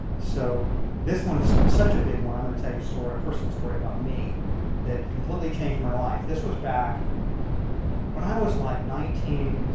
so this one is such a big one i'm going to tell you a story, a personal story about me that completely changed my life. this was back when i was like nineteen,